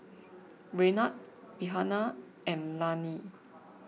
Raynard Rihanna and Lanie